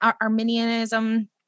Arminianism